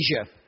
Asia